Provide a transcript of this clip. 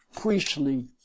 priestly